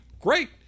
great